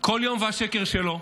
כל יום והשקר שלו.